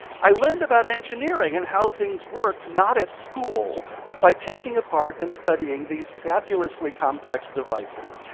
i learned about engineering and how things worked, not at school but by taking apart and studying these fabulously complex devices.